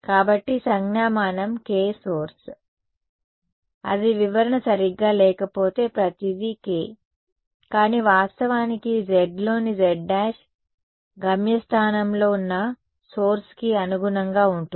కాబట్టి సంజ్ఞామానం K మూలం అది వివరణ సరిగ్గా లేకపోతే ప్రతిదీ K కానీ వాస్తవానికి z లోని z′ గమ్యస్థానంలో ఉన్న సోర్స్ కి అనుగుణంగా ఉంటుంది